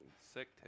Sick